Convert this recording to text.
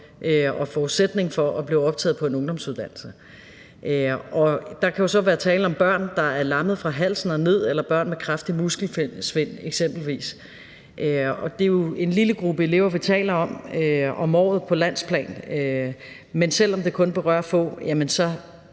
og forudsætning for at blive optaget på en ungdomsuddannelse. Der kan så eksempelvis være tale om børn, der er lammede fra halsen og ned, eller børn med kraftig muskelsvind. Det er jo en lille gruppe elever, vi taler om, om året og på landsplan, men selv om det kun berører få,